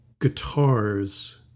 guitars